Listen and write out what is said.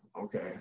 Okay